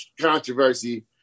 controversy